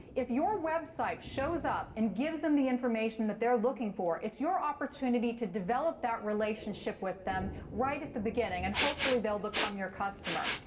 if your website shows up and gives them the information that they're looking for, it's your opportunity to develop that relationship with them right at the beginning. and hopefully, they'll become your customer.